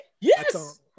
Yes